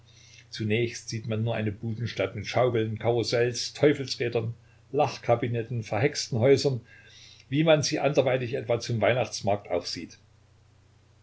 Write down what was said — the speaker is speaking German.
zunächst sieht man nur eine budenstadt mit schaukeln karussells teufelsrädern lachkabinetten verhexten häusern wie man sie anderweitig etwa zum weihnachtsmarkt auch sieht